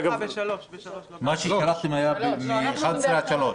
בשעה 15. ההצעה ששלחתם דיברה על ישיבה בין 11 ל-15.